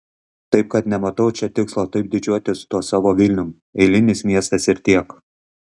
taip kad nematau čia tikslo taip didžiuotis tuo savo vilnium eilinis miestas ir tiek